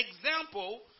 example